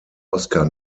oscar